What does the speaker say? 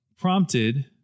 Prompted